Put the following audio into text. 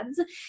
ads